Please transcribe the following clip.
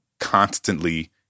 constantly